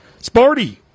Sparty